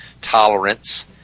tolerance